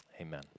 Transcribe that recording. amen